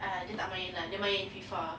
ah dia tak main lah dia main FIFA